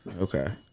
Okay